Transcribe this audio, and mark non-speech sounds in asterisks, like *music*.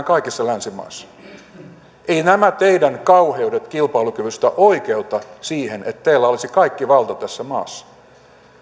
*unintelligible* kaikissa länsimaissa eivät nämä teidän kauheutenne kilpailukyvystä oikeuta siihen että teillä olisi kaikki valta tässä maassa